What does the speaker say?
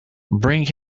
bring